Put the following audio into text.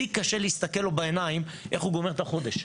לי קשה להסתכל לו בעיניים איך הוא גומר את החודש,